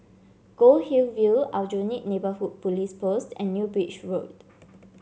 Goldhill View Aljunied Neighbourhood Police Post and New Bridge Road